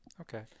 Okay